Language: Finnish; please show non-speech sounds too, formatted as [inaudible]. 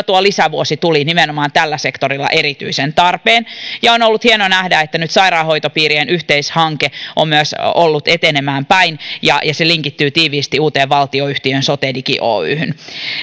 [unintelligible] tuo lisävuosi tuli nimenomaan tällä sektorilla erityisen tarpeeseen ja on ollut hieno nähdä että nyt sairaanhoitopiirien yhteishanke on myös ollut etenemään päin ja se linkittyy tiiviisti uuteen valtionyhtiöön sotedigi oyhyn